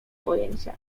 pojęcia